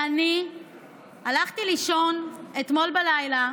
שהלכתי לישון אתמול בלילה,